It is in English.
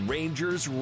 Rangers